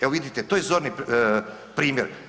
Evo vidite, to je zorni primjer.